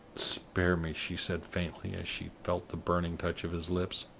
spare me! she said, faintly, as she felt the burning touch of his lips.